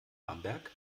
bamberg